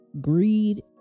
greed